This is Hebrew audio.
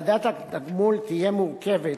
ועדת התגמול תהיה מורכבת